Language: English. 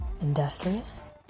industrious